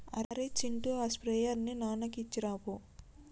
అరేయ్ చింటూ ఆ స్ప్రేయర్ ని నాన్నకి ఇచ్చిరాపో